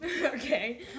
Okay